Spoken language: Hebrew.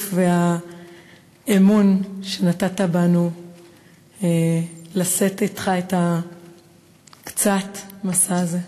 והאמון שנתת בנו לשאת אתך את הקצת-משא הזה.